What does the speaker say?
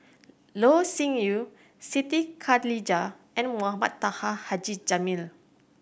Loh Sin Yun Siti Khalijah and Mohamed Taha Haji Jamil